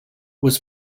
was